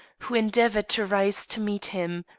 who endeavored to rise to meet him.